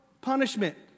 punishment